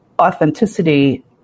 authenticity